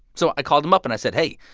so i called them up. and i said, hey.